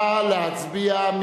נא להצביע.